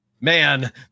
man